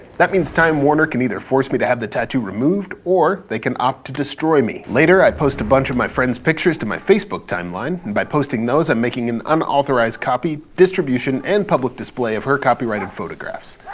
that means time warner can either force me to have the tattoo removed or they can opt to destroy me. later, i post a bunch of my friend's pictures to my facebook timeline, and by posting those i'm making an unauthorized copy, distribution, and public display of her copyrighted photographs.